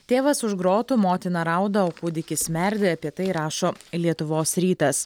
tėvas už grotų motina rauda o kūdikis merdi apie tai rašo lietuvos rytas